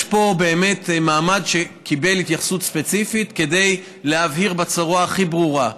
יש פה באמת מעמד שקיבל התייחסות ספציפית כדי להבהיר בצורה הכי ברורה: